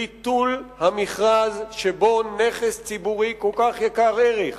ביטול המכרז שבו נכס ציבורי כל כך יקר ערך